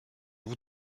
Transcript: vous